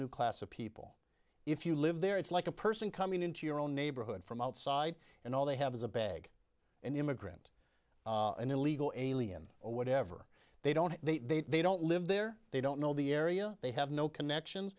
new class of people if you live there it's like a person coming into your own neighborhood from outside and all they have is a bag an immigrant an illegal alien or whatever they don't they they don't live there they don't know the area they have no connections